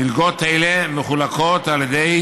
מלגות אלה מחולקות על ידי